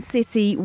City